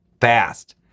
fast